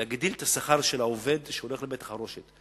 להגדיל את השכר של העובד שהולך לבית-החרושת.